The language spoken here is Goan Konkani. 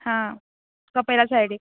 हां कपेला सायडीक